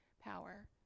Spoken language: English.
power